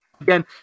again